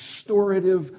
restorative